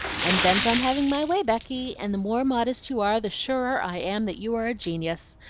i'm bent on having my way, becky, and the more modest you are, the surer i am that you are a genius.